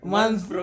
Months